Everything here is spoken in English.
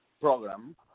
program